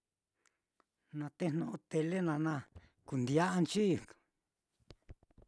Natejno tele naá na kude'yanchi.